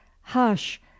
hush